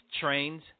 trains